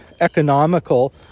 economical